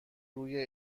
روی